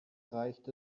reicht